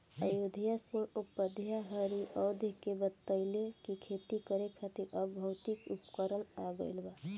अयोध्या सिंह उपाध्याय हरिऔध के बतइले कि खेती करे खातिर अब भौतिक उपकरण आ गइल बा